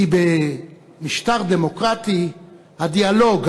כי במשטר דמוקרטי הדיאלוג,